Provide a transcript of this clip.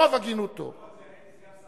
ברוב הגינותו, הייתי שר מקשר,